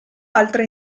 altre